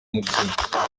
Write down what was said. umutsima